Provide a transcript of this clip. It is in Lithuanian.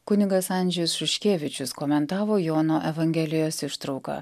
kunigas andžejus šuškevičius komentavo jono evangelijos ištrauką